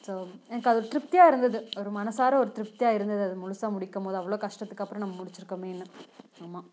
so எனக்கு அது ஒரு திருப்தியாக இருந்துது ஒரு மனசார ஒரு திருப்தியாக இருந்துது அத முழுசாக முடிக்கும் போது அவ்வளோ கஷ்டத்துக்கப்புறம் நம்ம முடிச்சிருக்கோமேன்னு ஆமாம்